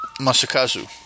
Masakazu